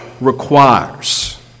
requires